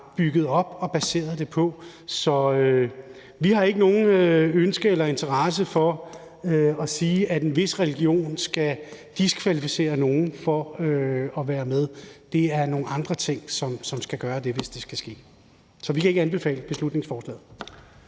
bygget det op og baseret det på. Vi har ikke noget ønske i eller interesse for at sige, at en vis religion skal diskvalificere nogen fra at være med. Det er nogle andre ting, som skal gøre det, hvis det skal ske. Så vi kan ikke anbefale beslutningsforslaget.